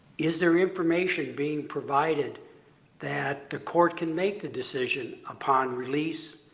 is there information being provided that the court can make the decision upon release,